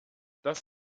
dass